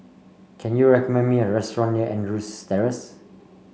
can you recommend me a restaurant near Andrews Terrace